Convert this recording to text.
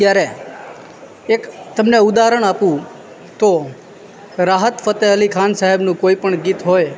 ત્યારે એક તમને ઉદાહરણ આપું તો રાહત ફતેહ અલી ખાન સાહેબનું કોઈ પણ ગીત હોય